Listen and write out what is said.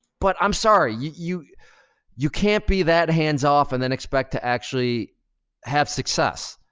but i'm sorry, you you can't be that hands off and then expect to actually have success.